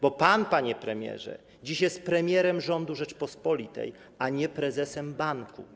Bo pan, panie premierze, dziś jest premierem rządu Rzeczypospolitej, a nie prezesem banku.